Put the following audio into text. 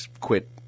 quit